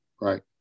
Right